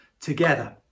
together